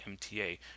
MTA